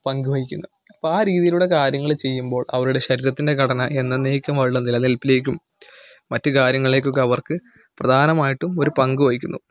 പങ്ക് വഹിക്കുന്നു അപ്പം ആ രീതിയിലൂടെ കാര്യങ്ങൾ ചെയ്യുമ്പോൾ അവരുടെ ശരീരത്തിൻ്റെ ഘടന എന്നന്നേക്കുമായുള്ള നിലനിൽപ്പിലേക്കും മറ്റ് കാര്യങ്ങളിലേക്കും ഒക്കെ അവർക്ക് പ്രധാനമായിട്ടും ഒരു പങ്ക് വഹിക്കുന്നു